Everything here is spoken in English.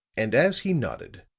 and as he nodded,